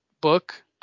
book